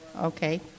Okay